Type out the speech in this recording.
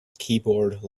keyboard